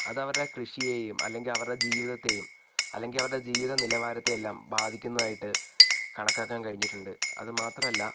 അത് അവരുടെ കൃഷിയെയും അല്ലെങ്കിൽ അവരുടെ ജീവിതത്തെയും അല്ലെങ്കിൽ അവരുടെ ജീവിത നിലവാരത്തെയെല്ലാം ബാധിക്കുന്നതായിട്ട് കണക്കാക്കാൻ കഴിഞ്ഞിട്ടുണ്ട് അത് മാത്രല്ല